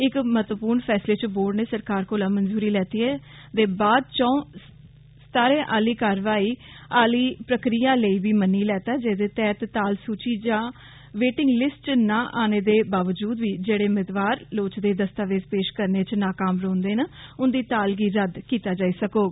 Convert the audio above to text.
इक महत्वपूर्ण फैसले च बोर्ड नै सरकार कोला मंजूरी लैने दे बाद चौ स्तरे आली कारवाई आली प्रक्रिया लेई बी मन्नी लैता जेदे तैह्त ताल सूचि जां बेटिंग जिस्ट च ना आने दे बावजूद बी जेड़े मेदवार लोड़चदे दस्तावेज पेश करने च नाकाम रौंह्दे न उन्दी ताल गी रद्द कीता जाई सकोग